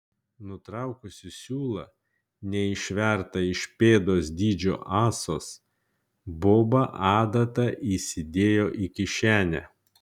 nutraukusi siūlą neišvertą iš pėdos dydžio ąsos boba adatą įsidėjo į kišenę